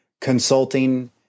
consulting